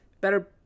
Better